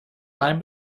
line